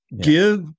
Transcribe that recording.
give